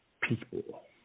people